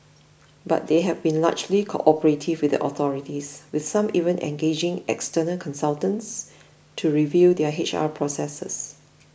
but they have been largely cooperative with the authorities with some even engaging external consultants to review their H R processes